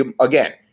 again